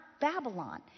Babylon